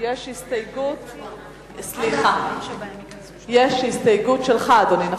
שלך, אדוני.